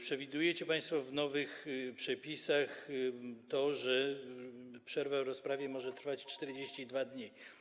Przewidujecie państwo w nowych przepisach to, że przerwa w rozprawie może trwać 42 dni.